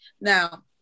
now